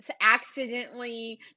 accidentally